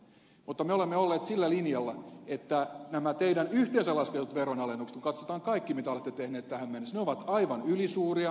mutta me olemme olleet sillä linjalla että nämä teidän yhteensä lasketut veronalennukset kun katsotaan kaikki mitä olette tehneet tähän mennessä ovat aivan ylisuuria